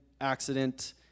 accident